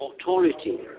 authority